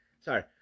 Sorry